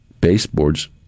baseboards